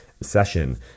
session